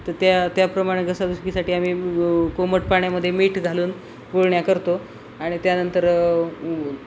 तर त्या त्याप्रमाणे घसा दुखीसाठी आम्ही कोमट पाण्यामध्ये मीठ घालून गुळण्या करतो आणि त्यानंतर